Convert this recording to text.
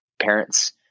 parents